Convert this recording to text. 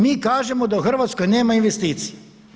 Mi kažemo da u Hrvatskoj nema investicija.